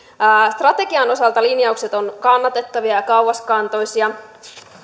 strategian osalta linjaukset ovat kannatettavia ja kauaskantoisia